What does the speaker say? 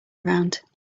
around